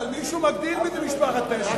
אבל מישהו מגדיר מי זה משפחת פשע.